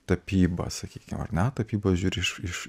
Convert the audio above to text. tapybą sakykim ar ne tapyba žiūri iš iš